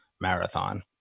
marathon